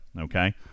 Okay